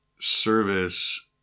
service